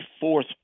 fourth